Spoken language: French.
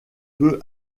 peu